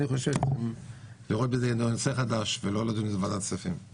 אני חושב לראות בזה נושא חדש ולא לדון בזה בוועדת הכספים.